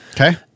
Okay